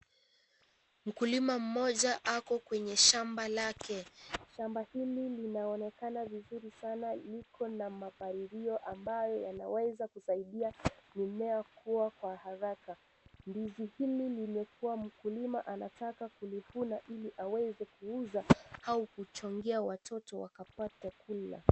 Mkulima mmoja Ako kwenye shamba lake. Shamba hili linaonekana vizuri sana liko na mapalilio ambayo yanaweza kusaidia mimea kuwa haraka. Ndizi hili limekua. Mkulima anataka kulivuna au aweze kuuza au kuchongea watoto wakaweze kula.